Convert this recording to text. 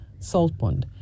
Saltpond